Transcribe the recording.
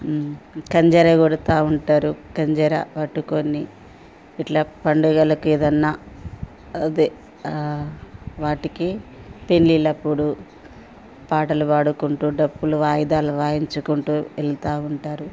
గంజరా కొడతా ఉంటారు గంజరా పట్టుకొని ఇట్లా పండుగలకి ఏదన్నా అదే వాటికి పెళ్ళిళ్ళప్పుడు పాటలు పాడుకుంటూ డప్పులు వాయిదాలు వాయించుకుంటూ వెళ్తూ ఉంటారు